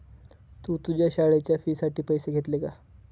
तू तुझ्या शाळेच्या फी साठी पैसे घेतले का?